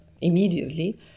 immediately